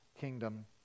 kingdom